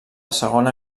segona